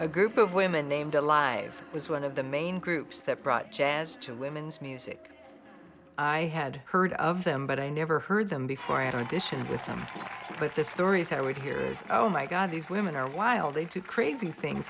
a group of women named alive was one of the main groups that brought jazz to women's music i had heard of them but i never heard them before an edition with them but the stories i read here is my god these women are wild they do crazy things